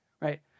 right